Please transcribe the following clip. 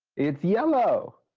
it's yellow.